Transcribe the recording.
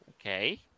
okay